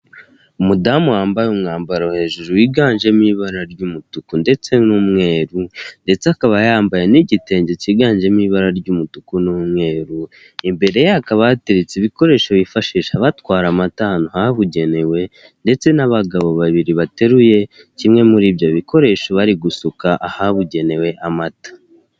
Umudamu wambaye umwambaro hejuru wiganze ibara ry'umutuku ,ndetse n'umweru ndetse akaba yambaye n'igitenge cyiganjemo ibara ry'umutuku n'umweru, imbereye hakaba hateretse ibikoresho bifashisha batwara amata ahabugenewe, ndetse n'abagabo bateruye kimwe muribyo bikoresho bari gusuka ahabugenewe amata.